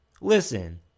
Listen